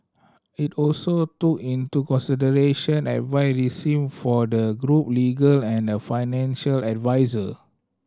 it also took into consideration advice received for the group legal and financial adviser